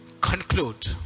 conclude